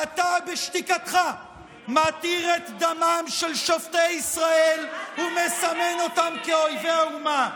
אתה בשתיקתך מתיר את דמם של שופטי ישראל ומסמן אותם כאויבי האומה.